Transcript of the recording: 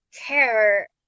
care